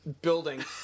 building